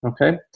Okay